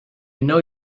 know